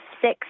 six